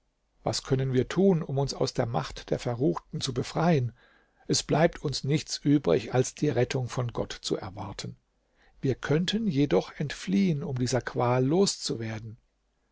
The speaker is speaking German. was können wir tun um uns aus der macht der verruchten zu befreien es bleibt uns nichts übrig als die rettung von gott zu erwarten wir könnten jedoch entfliehen um dieser qual